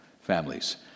Families